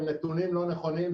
עם נתונים לא נכונים,